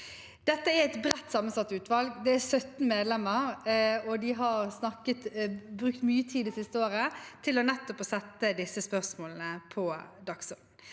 Dette er et bredt sammensatt utvalg. Det har 17 medlemmer, og de har brukt mye tid det siste året på nettopp å sette disse spørsmålene på dagsordenen.